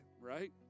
right